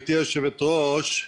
גברתי היושבת-ראש,